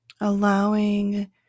allowing